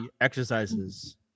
exercises